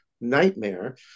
nightmare